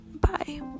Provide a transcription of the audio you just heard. bye